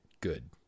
good